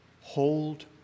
Hold